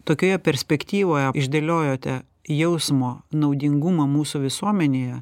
tokioje perspektyvoje išdėliojote jausmo naudingumą mūsų visuomenėje